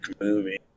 movie